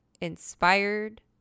inspired